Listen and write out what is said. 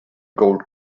gold